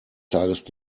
tages